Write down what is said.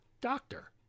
doctor